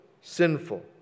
sinful